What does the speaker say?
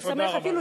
לעלות לדוכן.